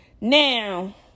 Now